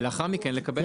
ולאחר מכן לקבל החלטה.